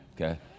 okay